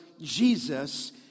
Jesus